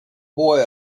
boy